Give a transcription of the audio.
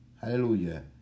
hallelujah